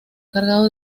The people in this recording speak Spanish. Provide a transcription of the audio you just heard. cargado